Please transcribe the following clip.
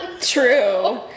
True